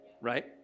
Right